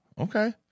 okay